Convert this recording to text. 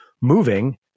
moving